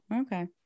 okay